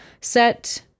set